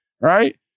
right